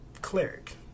cleric